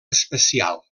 especial